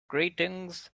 greetings